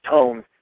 tone